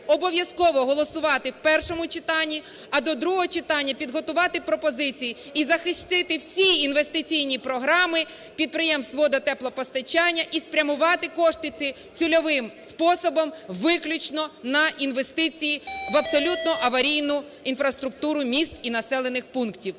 обов'язково голосувати в першому читанні, а до другого читання підготувати пропозиції і захистити всі інвестиційні програми підприємств водо-, теплопостачання і спрямувати кошти ці цільовим способом виключно на інвестиції в абсолютно аварійну інфраструктуру міст і населених пунктів.